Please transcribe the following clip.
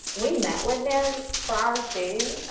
we met with them prior to,